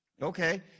Okay